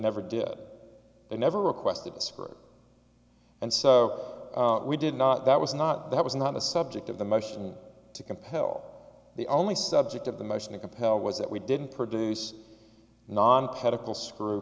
never did that they never requested a script and so we did not that was not that was not a subject of the motion to compel the only subject of the motion to compel was that we didn't produce